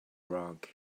rug